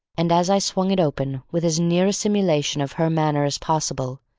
and as i swung it open with as near a simulation of her manner as possible,